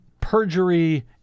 perjury